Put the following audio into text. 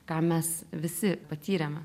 ką mes visi patyrėm